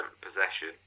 possession